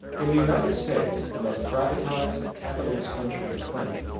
in the united states, the most privatised, capitalist country on the planet,